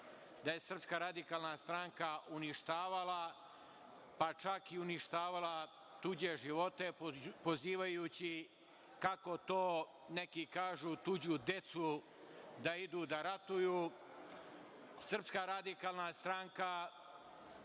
da je SRS uništavala, pa čak i uništavala tuđe živote pozivajući, kako to neki kažu, tuđu decu da idu da ratuju. Srpska radikalna stranka